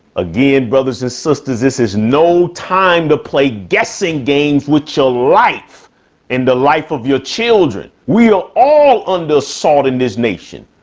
again, brothers and sisters. this is no time to play guessing games with chill life and the life of your children. we are all under salt in this nation.